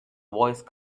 voice